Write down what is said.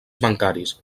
bancaris